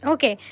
Okay